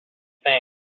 think